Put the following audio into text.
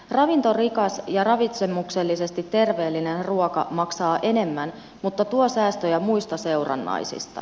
ravintorikas ja ravitsemuksellisesti terveellinen ruoka maksaa enemmän mutta tuo säästöjä muista seurannaisista